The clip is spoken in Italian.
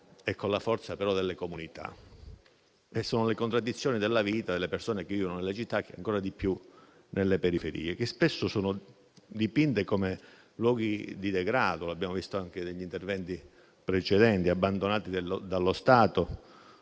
e con la forza delle comunità. Sono le contraddizioni della vita delle persone che vivono nelle città e ancora di più nelle periferie, che spesso sono dipinte come luoghi di degrado - lo abbiamo visto anche negli interventi precedenti - abbandonati dallo Stato,